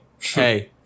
hey